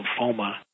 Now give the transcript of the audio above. lymphoma